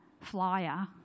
flyer